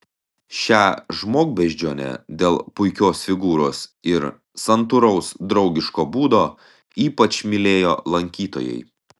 šią žmogbeždžionę dėl puikios figūros ir santūraus draugiško būdo ypač mylėjo lankytojai